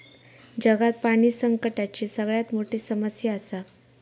जगात पाणी संकटाची सगळ्यात मोठी समस्या आसा